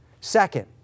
Second